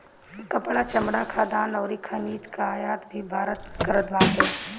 कपड़ा, चमड़ा, खाद्यान अउरी खनिज कअ आयात भी भारत करत बाटे